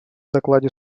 докладе